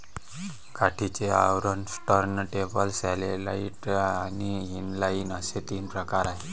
गाठीचे आवरण, turntable, satellite आणि इनलाइन असे तीन प्रकार आहे